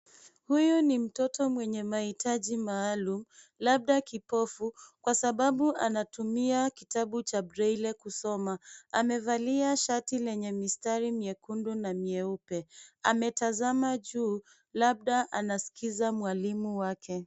Huyu ni mtoto mwenye mahitaji maalum labda kipofu kwa sababu anatumia kitabu cha Braille kusoma. Amevalia shati lenye mistari miekundu na mieupe. Ametazama juu labda anaskiza mwalimu wake.